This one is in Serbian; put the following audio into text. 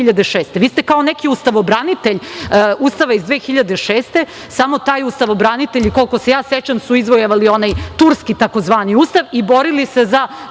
Vi ste kao neki ustavobranitelj Ustava iz 2006. samo taj ustavobranitelj, koliko se ja sećam su izvojevali onaj Turski tzv. Ustav i borili se za